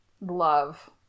love